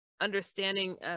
understanding